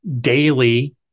daily